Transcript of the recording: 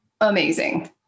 Amazing